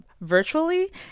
virtually